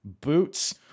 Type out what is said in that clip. boots